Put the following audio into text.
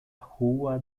rua